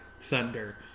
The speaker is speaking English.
thunder